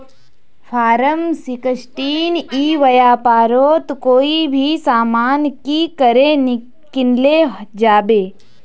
Form sixteen ई व्यापारोत कोई भी सामान की करे किनले जाबे?